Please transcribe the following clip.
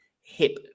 hip